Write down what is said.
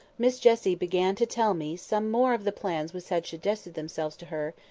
miss jessie began to tell me some more of the plans which had suggested themselves to her,